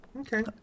Okay